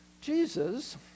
Jesus